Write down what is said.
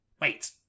Wait